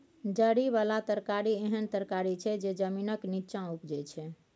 जरि बला तरकारी एहन तरकारी छै जे जमीनक नींच्चाँ उपजै छै